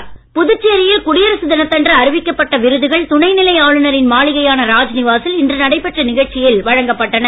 கிரண்பேடி புதுச்சேரியில் குடியரசு தினத்தன்று அறிவிக்கப்பட்ட விருதுகள் நிலை ஆளுநரின் மாளிகையான ராஜ்நிவாசில் இன்று துணை நடைபெற்ற நிகழ்ச்சியில் வழங்கப்பட்டன